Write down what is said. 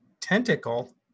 tentacle